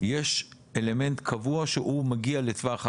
יש אלמנט קבוע שהוא מגיע לטווח האזהרה.